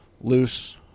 loose